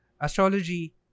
astrology